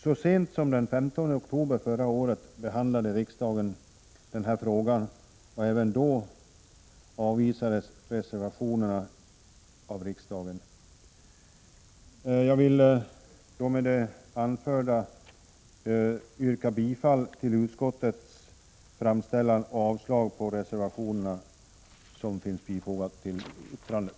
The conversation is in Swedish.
Så sent som den 15 oktober förra året behandlade riksdagen denna fråga, och även då avvisades reservationerna av riksdagen. Jag vill med det anförda yrka bifall till utskottets hemställan och avslag på de reservationer som finns fogade till betänkandet.